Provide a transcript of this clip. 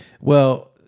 Well-